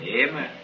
Amen